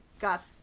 got